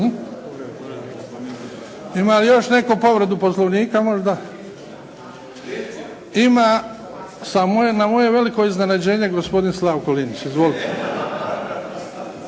Ima li još netko povredu Poslovnika možda? Ima, na moje veliko iznenađenje gospodin Slavko Linić, izvolite.